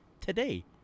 today